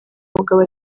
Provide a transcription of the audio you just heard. mugabo